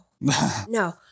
no